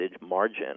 margin